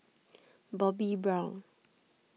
Bobbi Brown